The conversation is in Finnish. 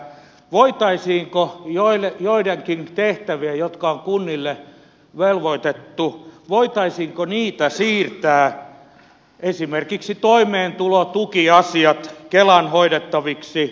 voitaisiinko joitakin tehtäviä jotka on kunnille velvoitettu siirtää esimerkiksi toimeentulotukiasiat kelan hoidettaviksi